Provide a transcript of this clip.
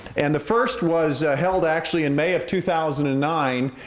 and the first was held actually in may of two thousand and nine,